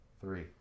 Three